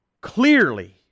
clearly